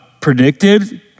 predicted